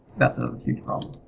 that's a huge problem.